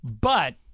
But-